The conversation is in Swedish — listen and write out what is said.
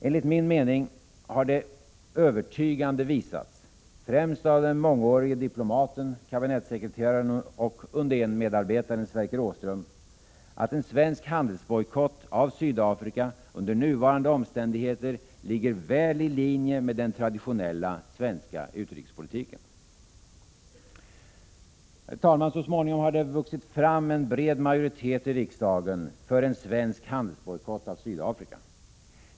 Enligt min mening har det övertygande visats — främst av mångårige diplomaten, kabinettssekreteraren och Undén-medarbetaren Sverker Åström — att en svensk handelsbojkott av Sydafrika under nuvarande omständigheter ligger väl i linje med den traditionella svenska utrikespolitiken. Herr talman! Så småningom har det vuxit fram en bred majoritet i riksdagen för en svensk handelsbojkott av Sydafrika.